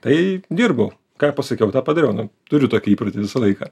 tai dirbau ką i pasakiau tą padariau nu turiu tokį įprotį visą laiką